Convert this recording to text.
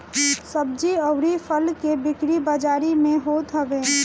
सब्जी अउरी फल के बिक्री बाजारी में होत हवे